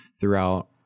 throughout